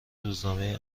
روزنامه